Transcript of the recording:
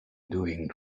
doing